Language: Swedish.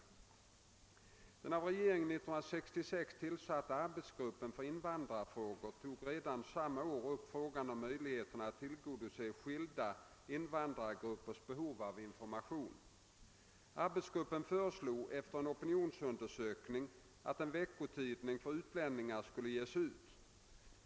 Den av regeringen 1966 tillsatta arbetsgruppen för invandrarfrågor tog redan samma år upp frågan om möjligheterna att tillgodose skilda invandrargruppers behov av information. Arbetsgruppen föreslog efter en opinionsundersökning att en veckotidning för utlänningar skulle ges ut.